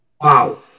wow